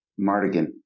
Mardigan